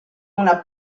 una